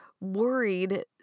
worried